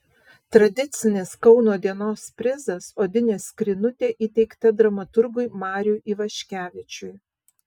tradicinis kauno dienos prizas odinė skrynutė įteikta dramaturgui mariui ivaškevičiui